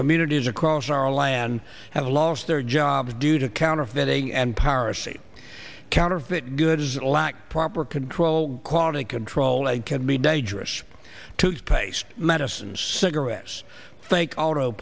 communities across our land have lost their jobs due to counterfeiting and piracy counterfeit goods lack proper control quality control and can be dangerous toothpaste medicines cigarettes fake auto